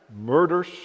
murders